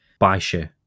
Baisha